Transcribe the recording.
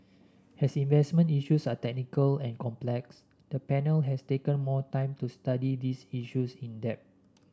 as investment issues are technical and complex the panel has taken more time to study this issues in depth